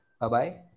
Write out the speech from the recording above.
Bye-bye